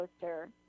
coaster